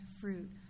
fruit